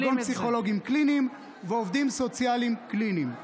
כגון פסיכולוגים קליניים ועובדים סוציאליים קליניים.